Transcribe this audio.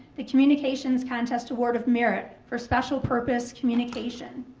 the communications contest award of merit for special purpose communication.